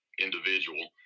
individual